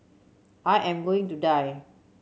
I am going to die